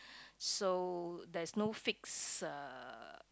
so there's no fixed uh